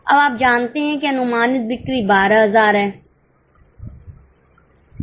अब आप जानते हैं कि अनुमानित बिक्री 12000 है